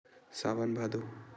सावन भादो